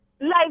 Life